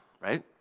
right